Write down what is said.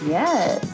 yes